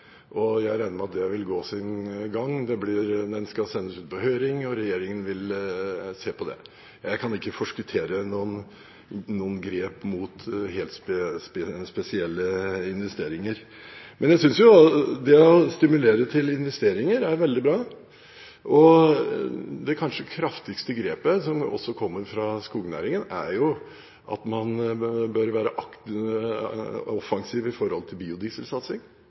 del. Jeg regner med at det vil gå sin gang, den skal sendes ut på høring, og regjeringen vil se på det. Jeg kan ikke forskuttere noen grep mot helt spesielle investeringer. Det å stimulere til investeringer er veldig bra. Det kanskje kraftigste grepet som også kommer fra skognæringen, er at man bør være offensiv når det gjelder biodieselsatsing.